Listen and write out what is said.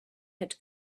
had